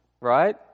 right